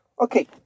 Okay